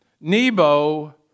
Nebo